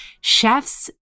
Chefs